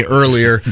earlier